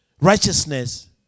Righteousness